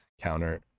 counter